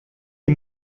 les